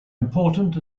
important